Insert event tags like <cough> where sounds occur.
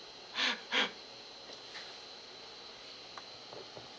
<laughs> <noise>